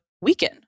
weaken